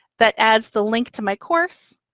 that adds the link to my course.